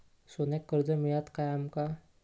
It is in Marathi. सोन्याक कर्ज मिळात काय आमका?